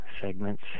segments